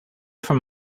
from